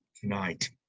tonight